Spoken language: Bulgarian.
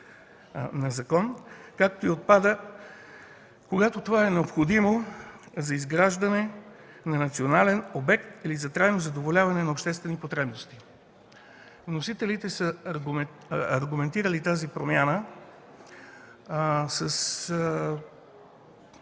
условията”, както и отпада „когато това е необходимо за изграждане на национален обект или за трайно задоволяване на обществени потребности”. Вносителите са аргументирали тази промяна с